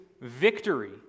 victory